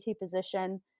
position